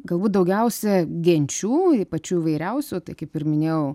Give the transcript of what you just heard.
galbūt daugiausia genčių ir pačių įvairiausių tai kaip ir minėjau